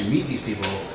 meet these people,